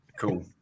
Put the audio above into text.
cool